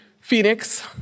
Phoenix